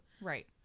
Right